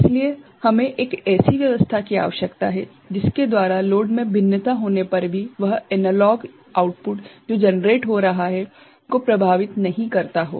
इसलिए हमें एक ऐसी व्यवस्थाकी आवश्यकता है जिसके द्वारा लोड में भिन्नता होने पर भी वह एनालॉग आउटपुट जो जनरेट हो रहा हैं को प्रभावित नहीं करता हो